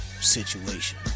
situation